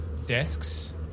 desks